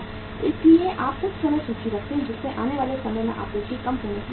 इसलिए आप कुछ समय सूची रखें जिससे आने वाले समय में आपूर्ति कम होने की उम्मीद है